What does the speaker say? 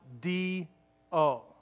D-O